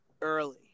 early